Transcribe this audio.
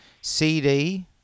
cd